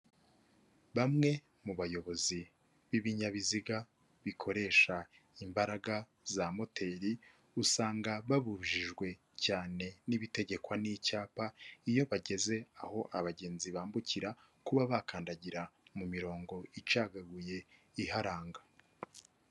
Bamwe mu bayobozi b'ibinyabiziga bikoresha imbaraga za moteri usanga babujijwe cyane n'ibitegekwa n'icyapa iyo bageze aho abagenzi bambukira kuba bakandagira mu mirongo icagaguye iharanga.